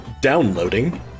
Downloading